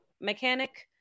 mechanic